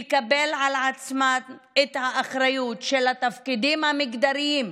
היו צריכות לקבל על עצמן את האחריות של התפקידים המגדריים,